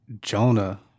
Jonah